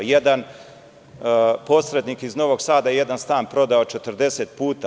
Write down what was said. Jedan posrednik iz Novog Sada je jedan stan prodao 40 puta.